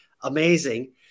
amazing